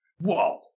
Whoa